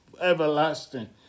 everlasting